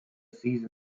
season